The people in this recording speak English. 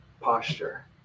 posture